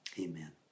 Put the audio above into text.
amen